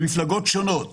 במפלגות שונות